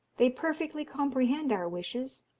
they perfectly comprehend our wishes,